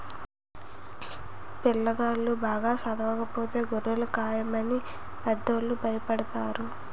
పిల్లాగాళ్ళు బాగా చదవకపోతే గొర్రెలు కాయమని పెద్దోళ్ళు భయపెడతారు